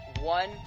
one